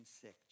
sick